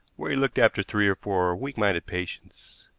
where he looked after three or four weak-minded patients.